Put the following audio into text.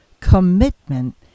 Commitment